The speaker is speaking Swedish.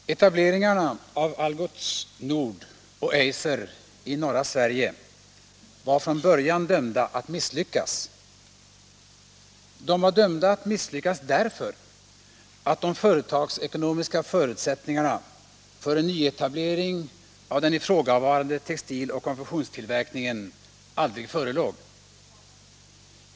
Herr talman! Etableringarna av Algots Nord och Eiser i norra Sverige var från början dömda att misslyckas. De var dömda att misslyckas därför att de företagsekonomiska förutsättningarna för en nyetablering av den ifrågavarande textiloch konfektionstillverkningen aldrig förelåg.